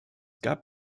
gab